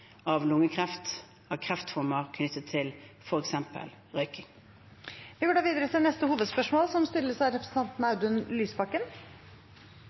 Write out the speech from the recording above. av lungekreft og kreftformer knyttet til f.eks. røyking. Vi går videre til neste hovedspørsmål.